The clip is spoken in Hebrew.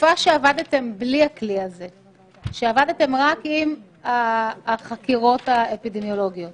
בתקופה שעבדתם רק עם החקירות האפידמיולוגיות